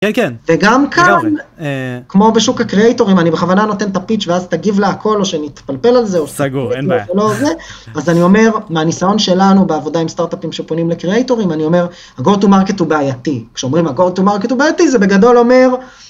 וגם כאן כמו בשוק הקריאייטורים אני בכוונה נותן את הפיצ' ואז תגיב להכל או שנתפלפל על זה או... סגור אין בעיה. אז אני אומר מהניסיון שלנו בעבודה עם סטארט-אפים שפונים לקריאייטורים אני אומר, הגו טו מרקט הוא בעייתי כשאומרים הגו טו מרקט הוא בעייתי זה בגדול אומר,